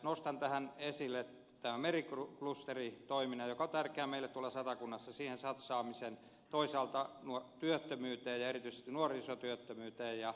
nostan tähän esille meriklusteritoiminnan joka on tärkeä meille tuolla satakunnassa siihen satsaamisen toisaalta työttömyyteen ja erityisesti nuorisotyöttömyyteen satsaamisen